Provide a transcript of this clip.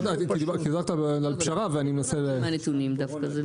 דיברת על פשרה ואני מנסה להבין.